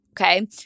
Okay